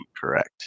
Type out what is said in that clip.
correct